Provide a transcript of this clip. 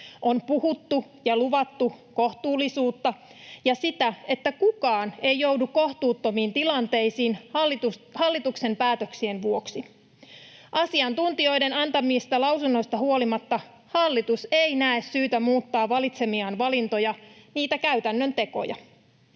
On puhuttu ja luvattu kohtuullisuutta ja sitä, että kukaan ei joudu kohtuuttomiin tilanteisiin hallituksen päätöksien vuoksi. Asiantuntijoiden antamista lausunnoista huolimatta hallitus ei näe syytä muuttaa valitsemiaan valintoja, niitä käytännön tekoja.